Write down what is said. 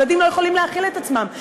ילדים לא יכולים להאכיל את עצמם,